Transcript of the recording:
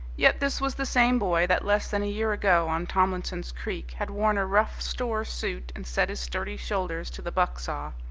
yet this was the same boy that less than a year ago on tomlinson's creek had worn a rough store suit and set his sturdy shoulders to the buck-saw.